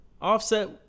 Offset